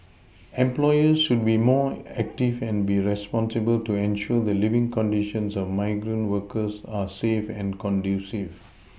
employers should be more active and be responsible to ensure the living conditions of migrant workers are safe and conducive